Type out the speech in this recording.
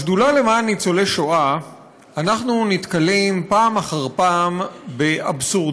בשדולה למען ניצולי השואה אנחנו נתקלים פעם אחר פעם באבסורדים.